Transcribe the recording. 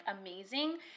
amazing